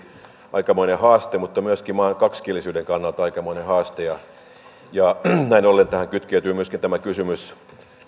aikamoinen haaste mutta myöskin maan kaksikielisyyden kannalta aikamoinen haaste näin ollen tähän kytkeytyy myöskin kysymys